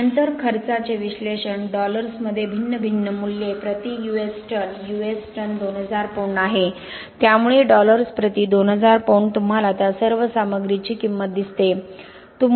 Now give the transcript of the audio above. आणि नंतर खर्चाचे विश्लेषण डॉलर्समध्ये भिन्न मूल्ये प्रति US ton US ton 2000 pound आहे त्यामुळे डॉलर्स प्रति 2000 पौंड तुम्हाला त्या सर्व सामग्रीची किंमत दिसते